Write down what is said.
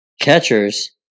catchers